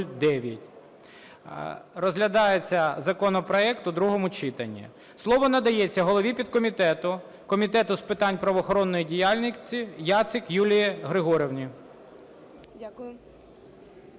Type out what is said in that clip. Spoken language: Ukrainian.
Розглядається законопроект у другому читанні. Слово надається голові підкомітету Комітету з питань правоохоронної діяльності Яцик Юлії Григорівні.